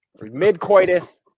mid-coitus